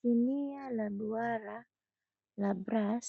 Sinia la duara la brass